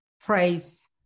phrase